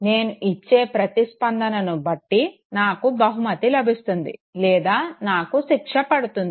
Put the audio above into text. నేను ఇచ్చే ప్రతిస్పందనను బట్టి నాకు బహుమతి లభిస్తుంది లేదా నాకు శిక్ష పడుతుంది